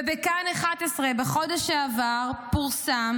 ובכאן 11 בחודש שעבר פורסם